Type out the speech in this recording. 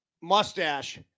mustache